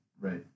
Right